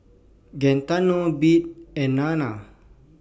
Gaetano Bee and Nana